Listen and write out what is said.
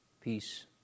Peace